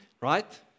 Right